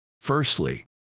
Firstly